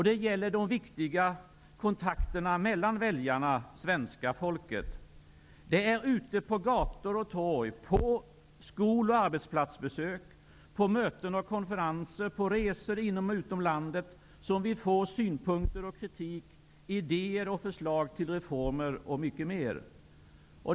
Det gäller de viktiga kontakterna med väljarna -- med svenska folket. Det är ute på gator och torg, på skol och arbetsplatsbesök, på möten och konferenser, på resor inom och utom landet, som vi får synpunkter och kritik, idéer och förslag till reformer och mycket mer.